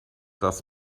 dass